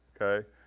okay